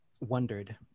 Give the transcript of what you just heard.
wondered